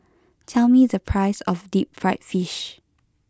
tell me the price of Deep Fried Fish